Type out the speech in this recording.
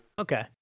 Okay